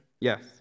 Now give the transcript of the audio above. Yes